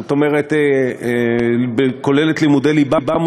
זאת אומרת כוללת לימודי ליבה,